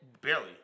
barely